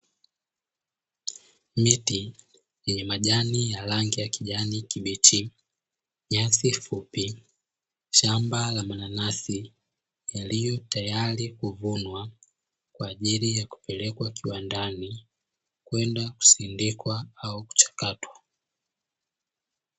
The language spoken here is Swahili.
Miti yenye majani ya rangi ya kijani kibichi, nyasi fupi, shamba la mananasi yaliyo tayari kuvunwa kwa ajili ya kupelekwa kiwandani kwenda kusindikwa au kuchakatwa.